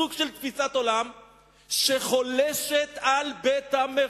סוג של תפיסת עולם שחולשת על בית-המחוקקים.